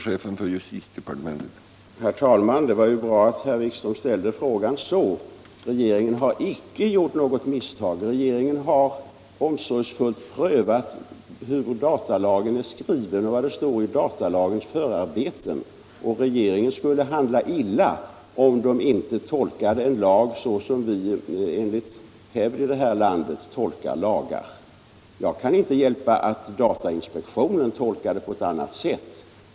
Herr talman! Det var ju bra att herr Wikström ställde frågan så. Regeringen har icke gjort något misstag. Regeringen har omsorgsfullt prövat hur datalagen är skriven och vad det står i förarbetena till den, och regeringen skulle handla illa om den icke tolkade lagen så som vi i vårt land enligt hävd tolkar lagar. Jag kan inte hjälpa att datainspektionen tolkar lagen på ett annat sätt.